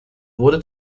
wurde